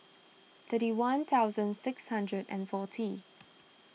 thirty one thousand six hundred and forty